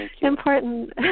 important